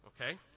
okay